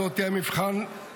וההצבעה הזאת היא המבחן למעשים.